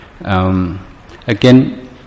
Again